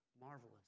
Marvelous